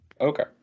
Okay